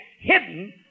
hidden